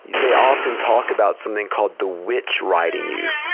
they often talk about something called the witch riding you,